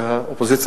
והאופוזיציה,